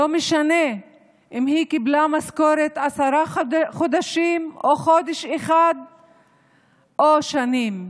לא משנה אם היא קיבלה משכורת עשרה חודשים או חודש אחד או שניים.